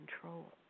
control